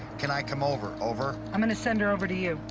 can i come over? over. i'm going to send her over to you.